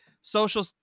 social